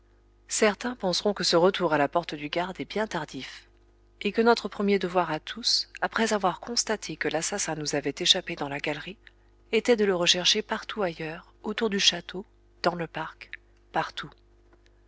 certains penseront que ce retour à la porte du garde est bien tardif et que notre premier devoir à tous après avoir constaté que l'assassin nous avait échappé dans la galerie était de le rechercher partout ailleurs autour du château dans le parc partout